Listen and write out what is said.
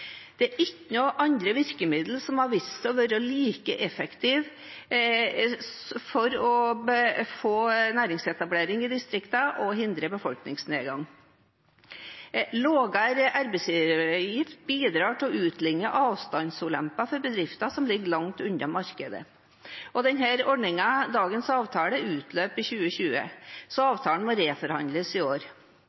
Det er ikke noen andre virkemidler som har vist seg å være like effektive for å få næringsetablering i distriktene og hindre befolkningsnedgang. Lavere arbeidsgiveravgift bidrar til å utligne avstandsulemper for bedrifter som ligger langt unna markedet. Denne ordningen, dagens avtale, utløper i 2020, så avtalen må reforhandles i år.